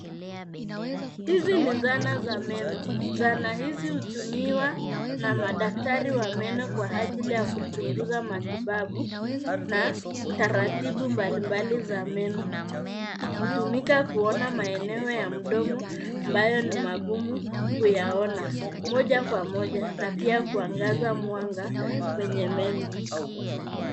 Hizi ni zana za meno. Zana hizi hutumiwa na madaktari wa meno kwa ajili ya kuchunguza matibabu na taratibu mbalimbali za meno. Hutumika kuona maeneo ya mdomo ambayo ni magumu kuyaona moja kwa moja na pia kuangaza mwanga kwenye meno.